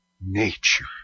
nature